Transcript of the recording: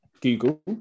Google